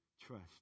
trust